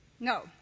No